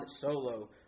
Solo